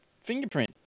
fingerprint